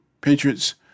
Patriots